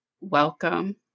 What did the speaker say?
Welcome